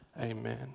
Amen